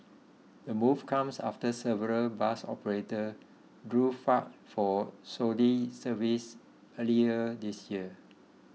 the move comes after several bus operators drew flak for shoddy services earlier this year